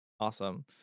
awesome